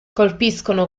colpiscono